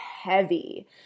heavy